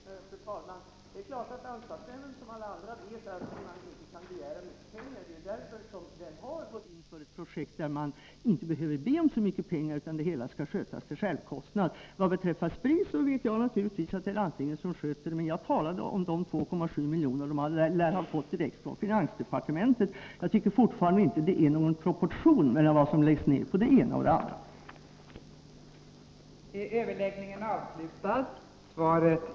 Fru talman! Det är klart att ansvarsnämnden liksom alla andra vet att den inte kan begära mycket pengar. Det är därför som den har gått in för ett projekt som inte drar så mycket pengar utan som bedrivs till självkostnad. Vad beträffar Spri vet jag naturligtvis att detta organ också sköts av landstingen. Men vad jag talade om var de 2,7 miljoner som Spri lär ha fått direkt från finansdepartementet. Jag tycker fortfarande att det inte är någon balans mellan vad som läggs ned på det ena och vad som läggs ned på det andra.